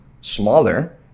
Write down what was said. smaller